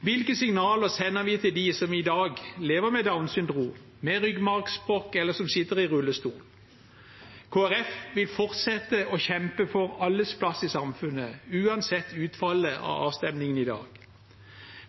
Hvilke signaler sender vi til dem som i dag lever med Downs syndrom eller ryggmargsbrokk, eller til dem som sitter i rullestol? Kristelig Folkeparti vil fortsette å kjempe for alles plass i samfunnet, uansett utfallet av avstemningen i dag.